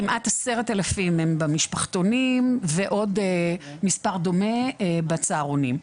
כמעט 10,000 הם במשפחתונים ועוד מספר דומה בצהרונים.